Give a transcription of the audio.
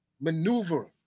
maneuver